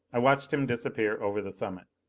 i watched him disappear over the summit.